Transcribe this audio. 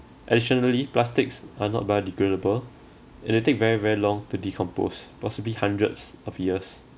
additionally plastics are not biodegradable and they take very very long to decompose possibly hundreds of years